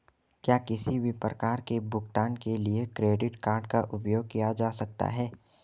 क्या किसी भी प्रकार के भुगतान के लिए क्रेडिट कार्ड का उपयोग किया जा सकता है?